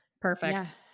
Perfect